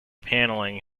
panelling